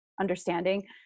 understanding